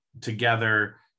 together